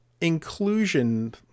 inclusion